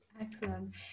Excellent